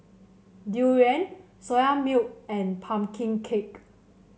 durian Soya Milk and pumpkin cake